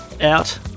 out